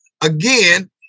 again